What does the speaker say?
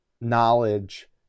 knowledge